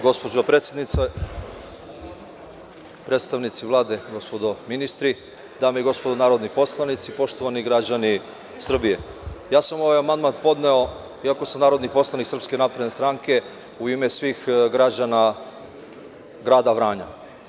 Gospođo predsednice, predstavnici Vlade, gospodo ministri, dame i gospodo narodni poslanici, poštovani građani Srbije, ja sam ovaj amandman podneo, iako sam narodni poslanik SNS, u ime svih građana grada Vranja.